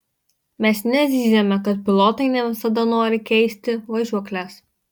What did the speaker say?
mes nezyziame kad pilotai ne visada nori keisti važiuokles